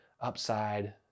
upside